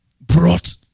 brought